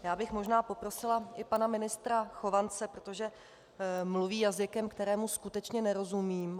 Já bych možná poprosila i pana ministra Chovance, protože mluví jazykem, kterému skutečně nerozumím.